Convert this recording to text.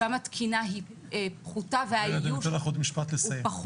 שם התקינה היא פחותה והאיוש הוא פחות,